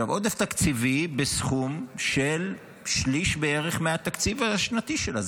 עודף תקציבי בסכום של שליש בערך מהתקציב השנתי שלה.